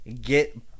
get